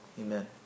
amen